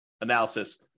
analysis